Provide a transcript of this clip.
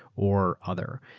or other.